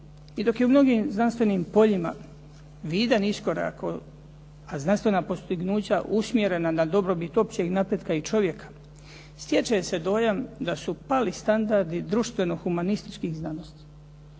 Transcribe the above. I dok je u mnogim znanstvenim poljima vidan iskorak, a znanstvena postignuća usmjerena na dobrobit općeg napretka i čovjeka stječe se dojam da su pali standardi društveno-humanističkih znanosti.